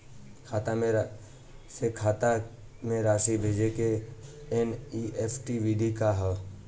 खाता से खाता में राशि भेजे के एन.ई.एफ.टी विधि का ह?